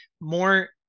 more